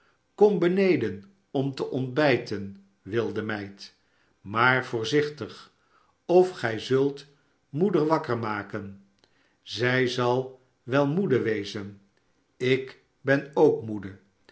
kom beneden om te ontbijten wilde meidl maar voorzichtig of gij zult moeder wakker maken zij zal wel moede wezen ik ben ook moede